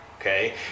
Okay